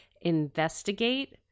investigate